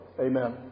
Amen